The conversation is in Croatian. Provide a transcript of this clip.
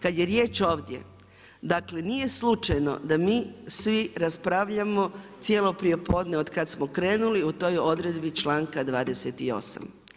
Kad je riječ ovdje dakle, nije slučajno da mi svi raspravljamo cijelo prijepodne od kad smo krenuli o toj odredbi članka 28.